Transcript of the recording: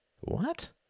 What